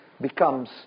becomes